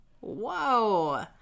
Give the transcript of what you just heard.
Whoa